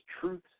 truth